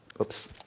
Oops